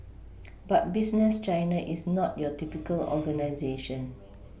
but business China is not your typical organisation